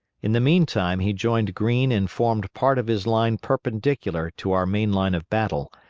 in the meantime he joined greene and formed part of his line perpendicular to our main line of battle,